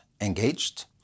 engaged